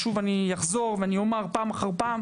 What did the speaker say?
שוב, אני אחזור ואומר פעם אחר פעם